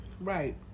Right